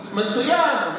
מצוין.